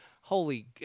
holy